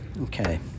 Okay